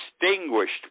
distinguished